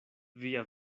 via